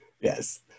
Yes